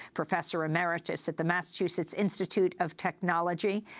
professor emeritus at the massachusetts institute of technology.